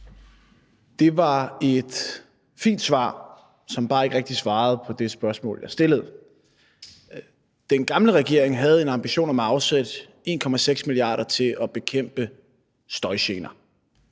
Det var et fint svar, som bare ikke rigtig var et svar på det spørgsmål, jeg stillede. Den gamle regering havde en ambition om at afsætte 1,6 mia. kr. til at bekæmpe støjgener.